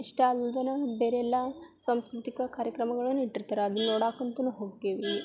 ಇಷ್ಟಲ್ದನು ಬೇರೆಲ್ಲ ಸಾಂಸ್ಕೃತಿಕ ಕಾರ್ಯಕ್ರಮಗಳನ್ನು ಇಟ್ಟಿರ್ತಾರೆ ಅದು ನೋಡಕ್ಕಂತುನು ಹೋಕ್ಕೆವಿ